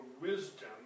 wisdom